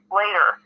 later